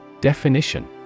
Definition